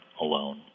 alone